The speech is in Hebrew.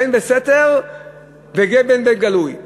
בין בסתר ובין בגלוי.